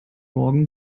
morgen